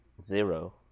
zero